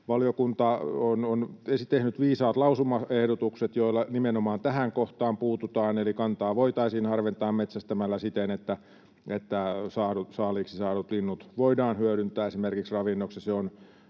Valiokunta on tehnyt viisaat lausumaehdotukset, joilla nimenomaan tähän kohtaan puututaan, eli kantaa voitaisiin harventaa metsästämällä siten, että saaliiksi saadut linnut voidaan hyödyntää esimerkiksi ravinnoksi